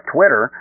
Twitter